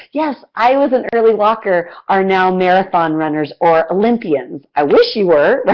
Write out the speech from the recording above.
yes, i was an early walker, are now marathon runners or olympians. i wish you were,